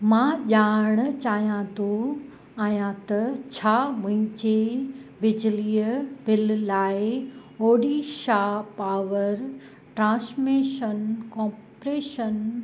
मां ॼाणणु चाहियां थो आहियां त छा मुंहिंजी बिजलीअ बिल लाइ ओड़ीशा पावर ट्रांशमिशन कोपिरेशन